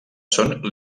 són